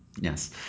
Yes